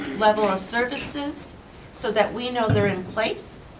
level of services so that we know they're in place,